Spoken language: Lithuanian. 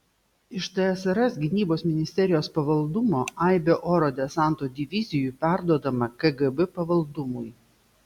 iš tsrs gynybos ministerijos pavaldumo aibė oro desanto divizijų perduodama kgb pavaldumui